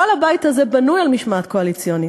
כל הבית הזה בנוי על משמעת קואליציונית.